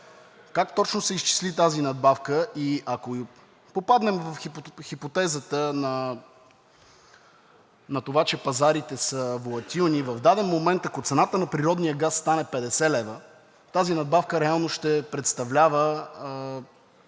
Как точно се изчисли тази надбавка? И ако попаднем в хипотезата на това, че пазарите са волатилни, в даден момент, ако цената на природния газ стане 50 лв., тази надбавка реално ще представлява